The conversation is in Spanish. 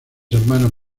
hermanos